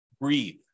Breathe